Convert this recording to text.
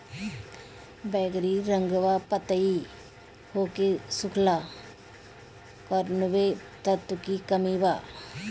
बैगरी रंगवा पतयी होके सुखता कौवने तत्व के कमी बा?